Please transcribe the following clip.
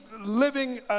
living